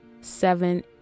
seven